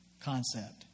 concept